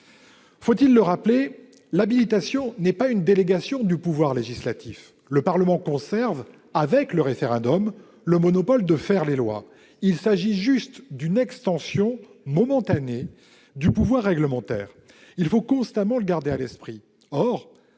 Faut-il le rappeler, l'habilitation n'est pas une délégation du pouvoir législatif : le Parlement conserve, avec le référendum, le monopole de faire la loi. Il s'agit juste d'une extension momentanée du pouvoir réglementaire ; il faut constamment le garder à l'esprit.